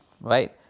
right